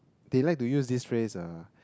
they like to use this phrase uh